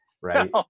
right